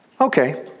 Okay